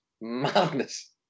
madness